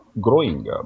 growing